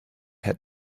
had